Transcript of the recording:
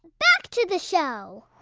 back to the show